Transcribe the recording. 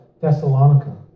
Thessalonica